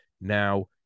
Now